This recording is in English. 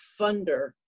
funder